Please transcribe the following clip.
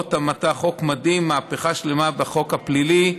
עבירות המתה, חוק מדהים, מהפכה שלמה בחוק הפלילי.